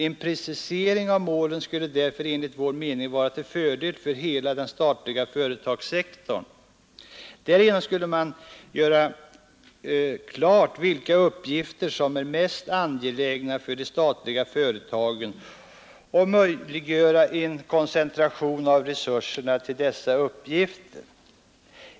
En precisering av målen skulle därför enligt vår mening vara till fördel för hela den statliga företagsektorn. Därigenom skulle man göra klart vilka uppgifter som är mest angelägna för de statliga företagen och möjliggöra en koncentration av resurserna till dessa uppgifter.